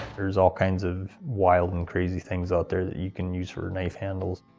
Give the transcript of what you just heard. there's all kinds of wild and crazy things out there that you can use for a knife handle.